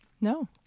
No